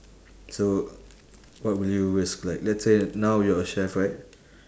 so what would you risk like let's say now you're a chef right